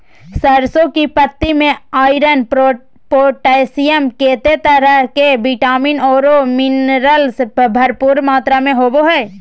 सरसों की पत्ति में आयरन, पोटेशियम, केते तरह के विटामिन औरो मिनरल्स भरपूर मात्रा में होबो हइ